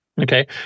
Okay